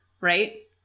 Right